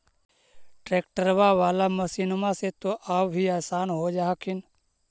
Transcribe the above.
ट्रैक्टरबा बाला मसिन्मा से तो औ भी आसन हो जा हखिन?